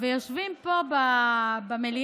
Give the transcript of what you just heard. יושבים פה במליאה